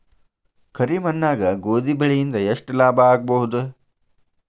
ಕರಿ ಮಣ್ಣಾಗ ಗೋಧಿ ಬೆಳಿ ಇಂದ ಎಷ್ಟ ಲಾಭ ಆಗಬಹುದ?